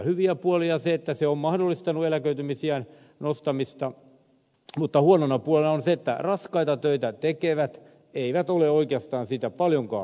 hyviä puolia on se että se on mahdollistanut eläköitymisiän nostamista mutta huonona puolena on se että raskaita töitä tekevät eivät ole oikeastaan siitä paljonkaan hyötyneet